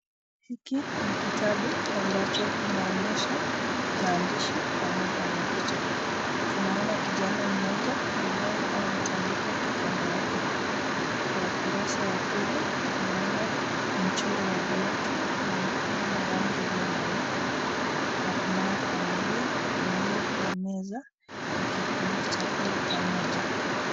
Hiki ni kitabu ambacho inaonyesha maandishi pamoja na picha, tunaona kijana mmoja ambaye anatandika kitanda yake. Kwa ukurasa wa pili, tunaona mchoro ya viatu na mkono na rangi ilioyo meza na kunayo familia iliyo kwa meza ikikula chakula pamoja.